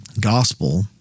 Gospel